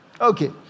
Okay